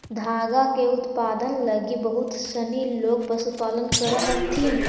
धागा के उत्पादन लगी बहुत सनी लोग पशुपालन करऽ हथिन